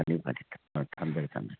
ꯐꯅꯤ ꯐꯅꯤ ꯊꯝꯖꯔꯦ ꯊꯝꯖꯔꯦ